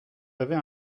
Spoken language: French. avez